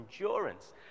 endurance